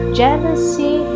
jealousy